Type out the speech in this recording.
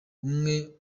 umwe